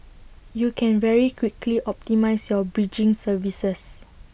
you can very quickly optimise your bridging services